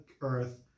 earth